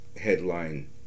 headline